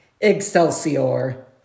Excelsior